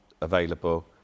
available